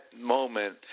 moment